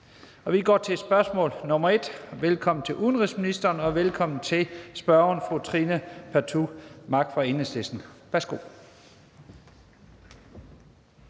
Vi går til spørgsmål nr. 1. Velkommen til udenrigsministeren, og velkommen til spørgeren, fru Trine Pertou Mach fra Enhedslisten. Kl.